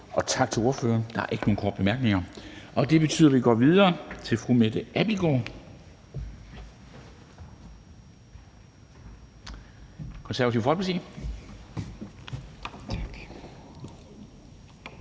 og tak til ordføreren. Der er ikke nogen korte bemærkninger. Og det betyder, at vi går videre til fru Mette Abildgaard,